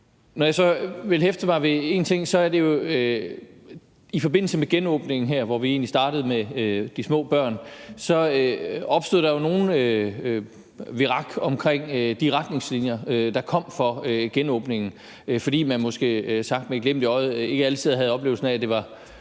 jeg så vil hæfte mig ved, er jo så noget i forbindelse med genåbningen, hvor vi jo egentlig startede med de små børn. Der opstod der jo nogen virak omkring de retningslinjer, der kom for genåbningen; man havde måske – sagt med et glimt i øjet – ikke altid oplevelsen af, at det var